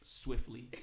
swiftly